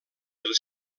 els